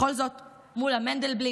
בכל זאת מול המנדלבליט,